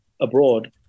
abroad